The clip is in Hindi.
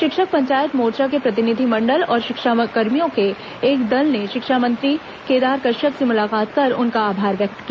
शिक्षक पंचायत मोर्चा के प्रतिनिधि मंडल और शिक्षाकर्मियों के एक दल ने शिक्षामंत्री केदार कश्यप से मुलाकात कर उनका आभार व्यक्त किया